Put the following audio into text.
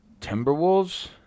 Timberwolves